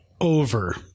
Over